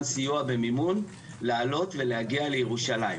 סיוע במימון לעלות ולהגיע לירושלים,